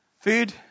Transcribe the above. Food